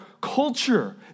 culture